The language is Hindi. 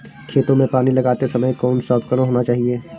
खेतों में पानी लगाते समय कौन सा उपकरण होना चाहिए?